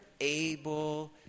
able